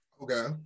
Okay